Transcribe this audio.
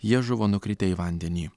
jie žuvo nukritę į vandenį